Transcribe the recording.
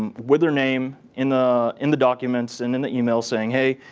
um with their name in the in the documents and in the e-mails saying, hey,